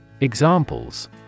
Examples